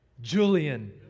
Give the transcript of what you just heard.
Julian